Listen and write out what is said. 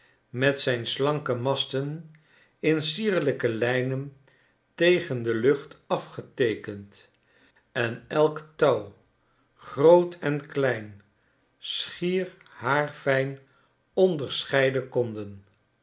met zijn slanke masten in sierlijke lijnen tegen de lucht afgeteekend en elk touw groot en klein schier haarfijn onderscheiden konden